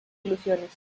ilusiones